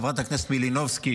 חברת הכנסת מלינובסקי,